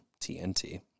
TNT